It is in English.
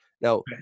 Now